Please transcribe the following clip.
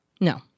No